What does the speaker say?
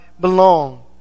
belong